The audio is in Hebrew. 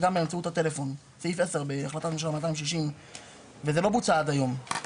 דרך הפלאפון סעיף 10 בהחלטת ממשלה 260 וזה לא בוצע עד היום.